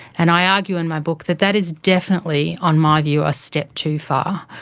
and i argue in my book that that is definitely, on my view, a step too far.